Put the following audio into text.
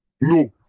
No